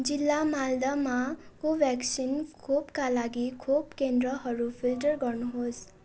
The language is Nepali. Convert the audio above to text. जिल्ला मालदामा कोभ्याक्सिन खोपका लागि खोप केन्द्रहरू फिल्टर गर्नुहोस्